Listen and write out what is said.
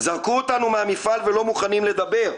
זרקו אותנו מן המפעל ולא מוכנים לדבר.